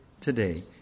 today